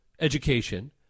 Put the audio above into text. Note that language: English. education